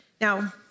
Now